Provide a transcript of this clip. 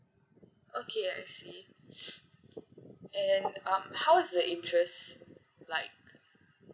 okay I see and um how is the interest like